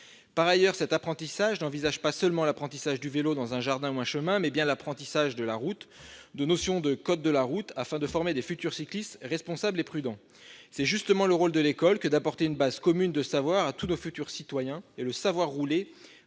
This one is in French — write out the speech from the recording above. Par ailleurs, il ne s'agit pas d'envisager seulement l'apprentissage du vélo dans un jardin ou un chemin : il s'agit bien d'un apprentissage de la route, et donc, notamment, de notions du code de la route, afin de former de futurs cyclistes responsables et prudents. C'est justement le rôle de l'école d'apporter une base commune de savoir à tous nos futurs citoyens, et le « savoir rouler